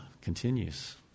continues